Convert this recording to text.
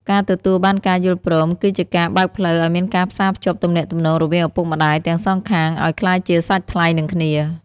ការទទួលបានការយល់ព្រមគឺជាការបើកផ្លូវឱ្យមានការផ្សារភ្ជាប់ទំនាក់ទំនងរវាងឪពុកម្ដាយទាំងសងខាង ឱ្យក្លាយជាសាច់ថ្លៃនឹងគ្នា។